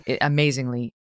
Amazingly